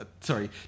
Sorry